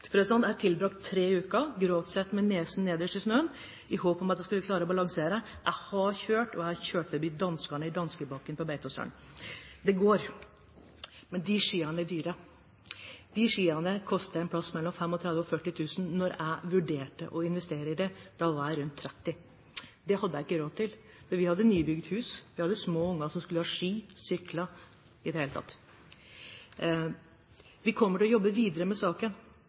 For å si det sånn: Jeg har tilbrakt tre uker, grovt sett, med nesen nederst i snøen i håp om at jeg skulle klare å balansere. Jeg har kjørt forbi danskene i Danskebakken på Beitostølen. Det går. Men de skiene er dyre – de skiene koster et sted mellom 35 000 og 40 000 kr. Da jeg vurderte å investere i dem, var jeg rundt 30 år. Det hadde jeg ikke råd til, for vi hadde nybygd hus, vi hadde små unger som skulle ha ski, sykler – i det hele tatt. Vi kommer til å jobbe videre med saken,